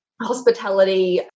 hospitality